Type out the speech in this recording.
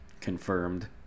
confirmed